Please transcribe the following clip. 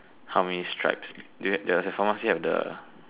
how many stripes do you does your pharmacy have the